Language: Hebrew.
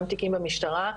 גם תיקים במשטרה.